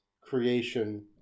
creation